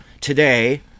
today